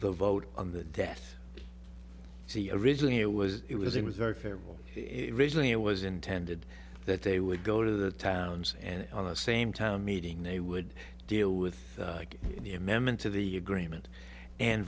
the vote on the death see a ridgeley it was it was it was very favorable raising it was intended that they would go to the towns and on the same town meeting they would deal with the amendment to the agreement and